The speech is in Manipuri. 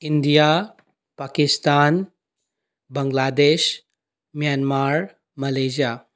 India Pakistan Bangladesh Myanmar Malaysia